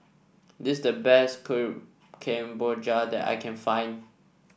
this is the best Kuih Kemboja that I can find